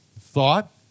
thought